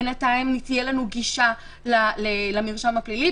בינתיים תהיה לנו גישה למרשם הפלילי?